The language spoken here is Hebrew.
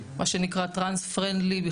מה שנקרא טרנס פרנדלי,